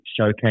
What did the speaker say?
showcase